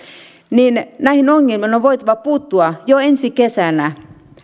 näihin ongelmiin on voitava puuttua jo ensi kesänä